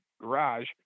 garage